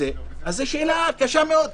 זו שאלה קשה מאוד.